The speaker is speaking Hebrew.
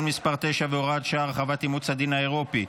מס' 9 והוראת שעה) (הרחבת אימוץ הדין האירופי,